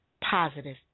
positive